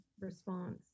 response